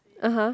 (uh huh)